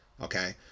okay